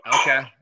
Okay